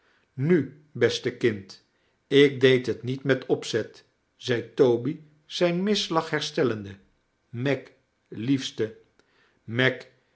nu beste kind ik deed liet niet met opzet zei toby zijn misslag herstelleiide meg liefste meg